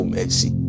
mercy